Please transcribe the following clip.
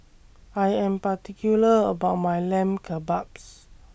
I Am particular about My Lamb Kebabs